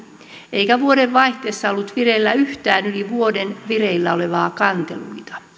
eikä vuodenvaihteessa ollut vireillä yhtään yli vuoden vireillä olevaa kantelua